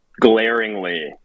glaringly